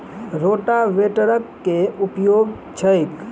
रोटावेटरक केँ उपयोग छैक?